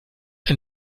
ein